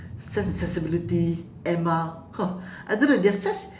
sense and sensibility emma !huh! I don't know they're such